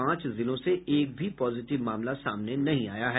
पांच जिलों से एक भी पॉजिटिव मामला सामने नहीं आया है